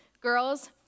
Girls